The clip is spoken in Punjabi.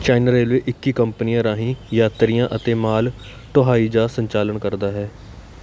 ਚਾਈਨਾ ਰੇਲਵੇ ਇੱਕੀ ਕੰਪਨੀਆਂ ਰਾਹੀਂ ਯਾਤਰੀਆਂ ਅਤੇ ਮਾਲ ਢੁਆਈ ਦਾ ਸੰਚਾਲਨ ਕਰਦਾ ਹੈ